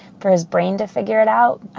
for his brain to figure it out.